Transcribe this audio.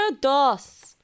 dos